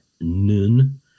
Nun